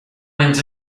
ens